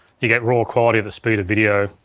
you get raw quality at the speed of video,